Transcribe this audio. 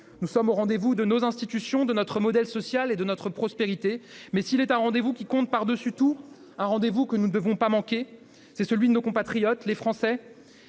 Nous sommes au rendez-vous de nos institutions, de notre modèle social et de notre prospérité, mais s'il est un rendez-vous qui compte plus que tout, un rendez-vous que nous ne devons pas manquer, c'est celui que nous avons avec nos